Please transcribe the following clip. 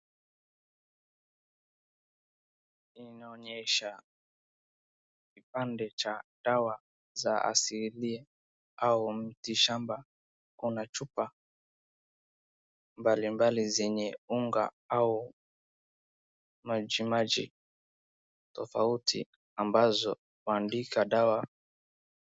Inaonyesha kipande cha dawa za asili au miti shamba kuna chupa mbalimbali zenye unga au majimaji tofauti ambazo huandika dawa.